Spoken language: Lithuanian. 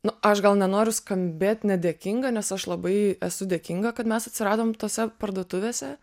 nu aš gal nenoriu skambėt nedėkinga nes aš labai esu dėkinga kad mes atsiradom tose parduotuvėse